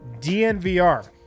DNVR